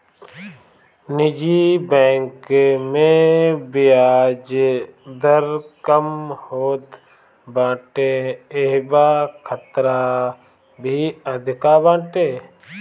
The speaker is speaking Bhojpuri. निजी बैंक में बियाज दर कम होत बाटे इहवा खतरा भी अधिका बाटे